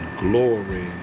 glory